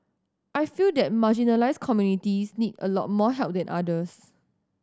I feel that marginalised communities need a lot more help than others